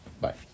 Bye